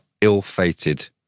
ill-fated